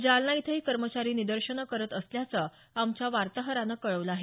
जालना इथंही कर्मचारी निदर्शनं करत असल्याचं आमच्या वार्ताहरानं कळवलं आहे